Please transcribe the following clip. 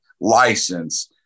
license